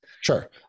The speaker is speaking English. sure